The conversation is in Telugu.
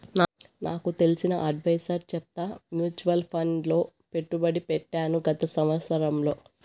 నాకు తెలిసిన అడ్వైసర్ చెప్తే మూచువాల్ ఫండ్ లో పెట్టుబడి పెట్టాను గత సంవత్సరంలో